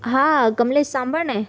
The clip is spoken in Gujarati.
હા કમલેશ સાંભળ ને